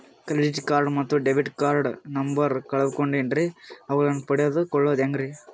Credit card ಮತ್ತು debit card number ಕಳೆದುಕೊಂಡಿನ್ರಿ ಅವುಗಳನ್ನ ಪಡೆದು ಕೊಳ್ಳೋದು ಹೇಗ್ರಿ?